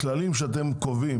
הכללים שאתם קובעים,